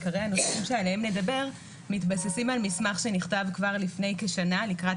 עיקרי הנושאים עליהם נדבר מתבססים על מסמך שנכתב כבר לפני כשנה לקראת